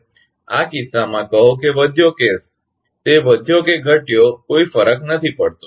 આ કિસ્સામાં કહો કે તે વધ્યો કિસ્સો છે તે વધ્યો કે ઘટયો કોઈ ફર્ક નથી પડતો